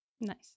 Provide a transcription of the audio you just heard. Nice